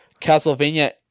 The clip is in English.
Castlevania